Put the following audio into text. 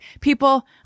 people